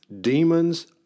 demons